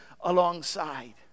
alongside